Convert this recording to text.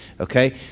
okay